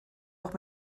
auch